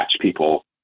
people